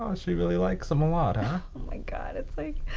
um she really likes him a lot huh? my god it's like,